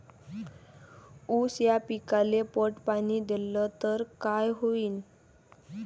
ऊस या पिकाले पट पाणी देल्ल तर काय होईन?